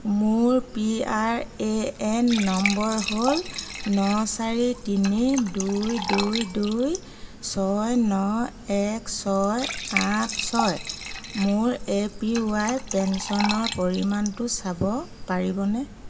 মোৰ P R A N number হ'ল ন চাৰি তিনি দুই দুই দুই ছয় ন এক ছয় আঠ ছয় মোৰ এ পি ৱাই পেঞ্চনৰ পৰিমাণটো চাব পাৰিবনে